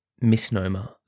misnomer